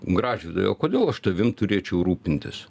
gražvydai o kodėl aš tavim turėčiau rūpintis